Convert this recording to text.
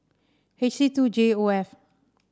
H C two J O F